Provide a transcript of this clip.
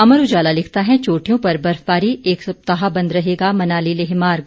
अमर उजाला लिखता है चोटियों पर बर्फबारी एक सप्ताह बंद रहेगा मनाली लेह मार्ग